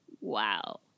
Wow